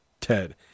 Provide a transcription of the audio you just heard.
Ted